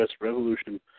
Revolution